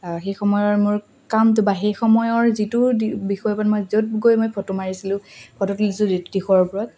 সেই সময়ৰ মোৰ কামটো বা সেই সময়ৰ যিটো বিষয় ওপৰত মই য'ত গৈ মই ফটো মাৰিছিলোঁ ফটো তুলিছিলো দিশৰ ওপৰত